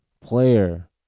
player